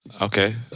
Okay